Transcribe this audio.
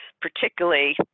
particularly